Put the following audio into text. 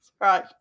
Right